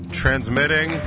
transmitting